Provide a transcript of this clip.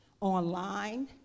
online